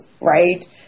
Right